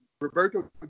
Roberto